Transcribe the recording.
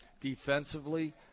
defensively